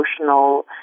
emotional